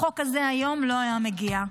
החוק הזה היום לא היה מגיע.